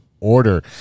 order